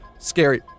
scary